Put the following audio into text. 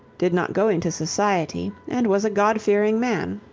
did not go into society and was a god-fearing man.